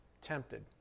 tempted